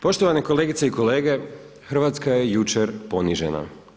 Poštovane kolegice i kolege, Hrvatska je jučer ponižena.